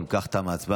אם כך, תמה ההצבעה.